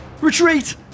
Retreat